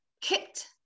kicked